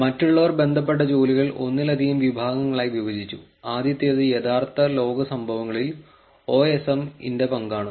മറ്റുള്ളവർ ബന്ധപ്പെട്ട ജോലികൾ ഒന്നിലധികം വിഭാഗങ്ങളായി വിഭജിച്ചു ആദ്യത്തേത് യഥാർത്ഥ ലോക സംഭവങ്ങളിൽ OSM ന്റെ പങ്കാണ്